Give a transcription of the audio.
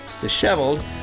disheveled